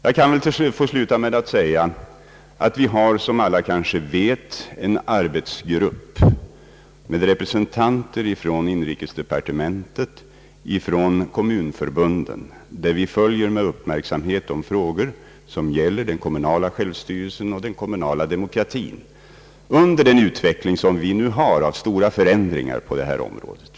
Jag skall be att få sluta med att säga att vi har, som kanske alla vet, en arbetsgrupp med representanter från inrikesdepartementet och ifrån kommunförbunden, där vi med uppmärksamhet följer de frågor som gäller den kommunala självstyrelsen och den kommunala demokratien i en utveckling med stora förändringar på hela det kommunala fältet.